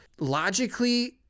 logically